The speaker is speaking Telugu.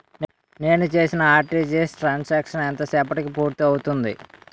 నేను చేసిన ఆర్.టి.జి.ఎస్ త్రణ్ సాంక్షన్ ఎంత సేపటికి పూర్తి అవుతుంది?